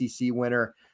winner